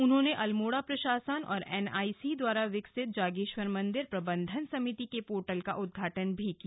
उन्होंने अल्मोड़ा प्रशासन और एनआईसी द्वारा विकसित जागेश्वर मंदिर प्रबन्धन समिति के पोर्टल का उद्घाटन भी किया